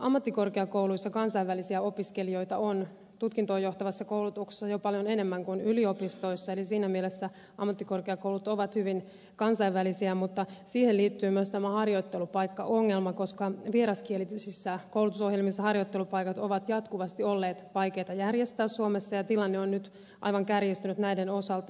ammattikorkeakouluissa kansainvälisiä opiskelijoita on tutkintoon johtavassa koulutuksessa jo paljon enemmän kuin yliopistoissa eli siinä mielessä ammattikorkeakoulut ovat hyvin kansainvälisiä mutta siihen liittyy myös tämä harjoittelupaikkaongelma koska vieraskielisissä koulutusohjelmissa harjoittelupaikat ovat jatkuvasti olleet vaikeita järjestää suomessa ja tilanne on nyt aivan kärjistynyt näiden osalta